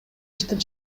иштеп